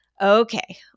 Okay